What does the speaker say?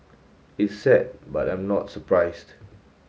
it's sad but I'm not surprised